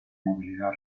movilidad